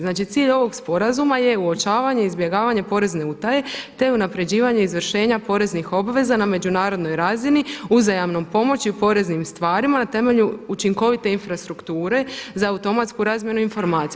Znači cilj ovog sporazuma je uočavanje izbjegavanja porezne utaje te unaprjeđivanje izvršenja poreznih obveza na međunarodnoj razini uzajamnoj pomoći u poreznim stvarima na temelju učinkovite infrastrukture za automatsku razmjenu informacija.